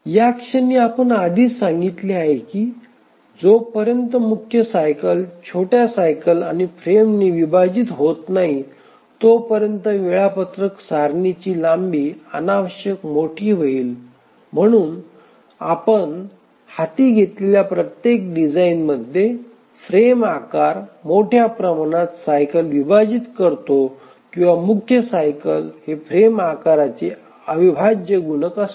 या क्षणी आपण आधीच सांगितले आहे की जोपर्यंत मुख्य सायकल छोट्या सायकल आणि फ्रेमने विभाजित होत नाही तोपर्यंत वेळापत्रक सारणीची लांबी अनावश्यक मोठी होईल म्हणून आपण हाती घेतलेल्या प्रत्येक डिझाइनमध्ये फ्रेम आकार मोठ्या प्रमाणात सायकल विभाजित करतो किंवा मुख्य सायकल हे फ्रेम आकाराचे अविभाज्य गुणक असते